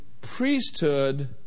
priesthood